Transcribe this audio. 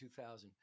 2000